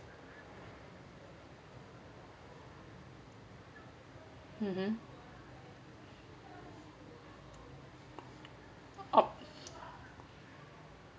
mmhmm oh